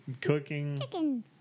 cooking